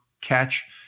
catch